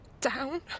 down